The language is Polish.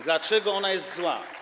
Dlaczego ona jest zła?